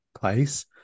place